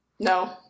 No